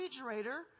refrigerator